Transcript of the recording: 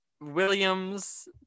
Williams